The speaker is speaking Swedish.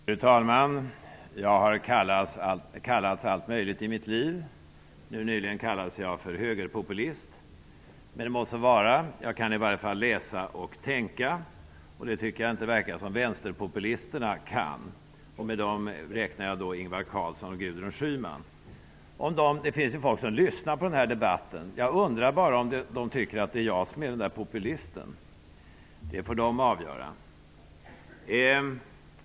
Fru talman! Jag har kallats allt möjligt i mitt liv. Nyligen kallades jag här för högerpopulist. Det må så vara. Jag kan i varje fall läsa och tänka, vilket det inte verkar som om vänsterpopulisterna kan -- till vänsterpopulisterna räknar jag då Ingvar Carlsson och Gudrun Schyman. Det finns folk som lyssnar på den här debatten. Jag undrar om de tycker att det är jag som är den där populisten. Det får de avgöra.